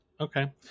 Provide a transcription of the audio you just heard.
Okay